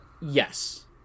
Yes